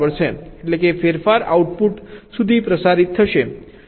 એટલેકે ફેરફાર આઉટપુટ સુધી પ્રસારિત થશે